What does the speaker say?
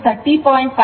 92 angle 30